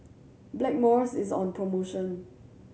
Blackmores is on promotion